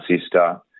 sister